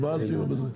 אז מה עשינו בזה?